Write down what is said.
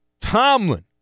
Tomlin